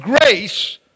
grace